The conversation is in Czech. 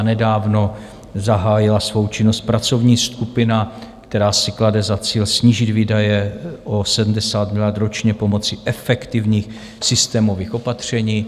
Nedávno zahájila svou činnost pracovní skupina, která si klade za cíl snížit výdaje o 70 miliard ročně pomocí efektivních systémových opatření.